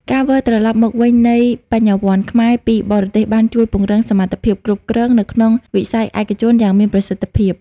ការវិលត្រឡប់មកវិញនៃ "បញ្ញវន្តខ្មែរ" ពីបរទេស បានជួយពង្រឹងសមត្ថភាពគ្រប់គ្រងនៅក្នុងវិស័យឯកជនយ៉ាងមានប្រសិទ្ធភាព។